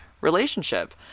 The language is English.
relationship